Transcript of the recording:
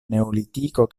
neolitiko